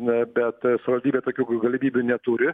bet savivaldybė tokių galimybių neturi